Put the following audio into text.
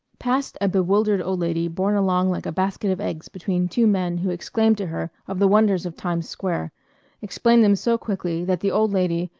passed a bewildered old lady borne along like a basket of eggs between two men who exclaimed to her of the wonders of times square explained them so quickly that the old lady,